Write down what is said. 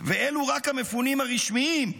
ואלו רק המפונים הרשמיים,